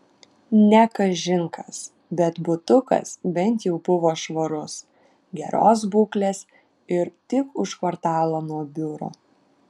ne kažin kas bet butukas bent jau buvo švarus geros būklės ir tik už kvartalo nuo biuro